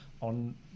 on